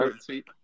sweet